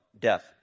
death